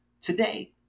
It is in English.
today